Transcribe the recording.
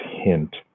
hint